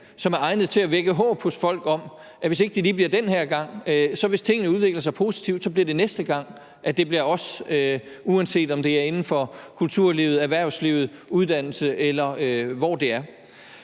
som er egnet til at vække håb hos folk om, at det, hvis ikke det lige bliver den her gang, og hvis tingene udvikler sig positivt, så bliver næste gang, at det bliver dem, uanset om det er inden for kulturlivet, erhvervslivet, uddannelse, eller hvor det er.